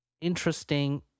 interesting